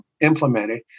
implemented